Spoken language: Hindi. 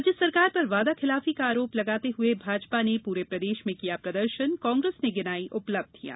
राज्य सरकार पर वादाखिलाफी का आरोप लगाते हुए भाजपा ने पूरे प्रदेश में किया प्रदर्शन कांग्रेस ने गिनाई उपलब्धियां